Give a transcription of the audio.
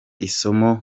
isomo